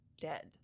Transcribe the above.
dead